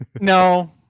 No